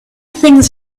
things